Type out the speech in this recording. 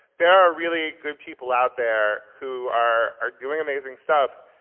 there are really good people out there who are are doing amazing stuff.